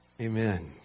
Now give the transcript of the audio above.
Amen